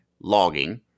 logging